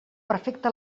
perfecta